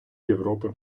європи